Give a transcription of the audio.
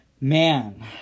Man